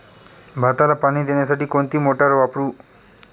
भाताला पाणी देण्यासाठी कोणती मोटार वापरू?